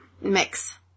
mix